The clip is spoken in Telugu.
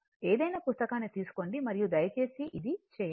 ఏదైనా పుస్తకాన్ని తీసుకోండి మరియు దయచేసి ఇది చేయండి